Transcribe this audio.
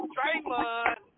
Draymond